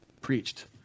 preached